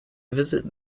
visit